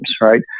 right